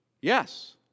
Yes